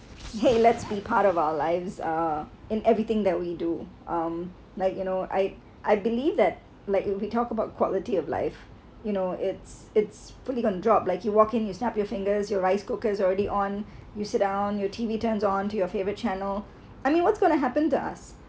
!hey! let's be part of our lives uh in everything that we do um like you know I I believe that like we talk about quality of life you know it's it's pretty gonna drop like you walk in you snap your fingers your rice cookers already on you sit down your T_V turns on to your favourite channel I mean what's gonna happen to us